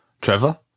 Trevor